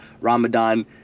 Ramadan